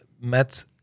met